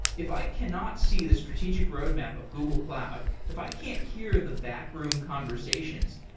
if i cannot see the strategic roadmap of google cloud, if i can't hear the backroom conversations,